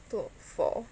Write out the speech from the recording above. two out of four